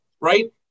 right